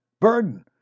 burden